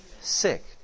sick